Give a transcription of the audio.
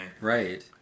Right